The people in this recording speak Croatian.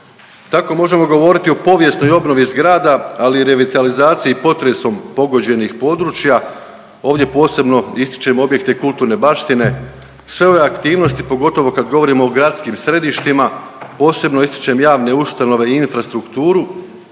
Tako možemo govoriti o povijesnoj obnovi zgrada, ali i revitalizaciji potresom pogođenih područja, ovdje posebno ističem objekte kulturne baštine, sve ove aktivnosti pogotovo kad govorimo o gradskim središtima posebno ističem javne ustanove i infrastrukturu